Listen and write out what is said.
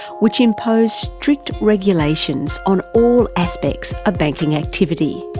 which imposed strict regulations on all aspects of banking activity.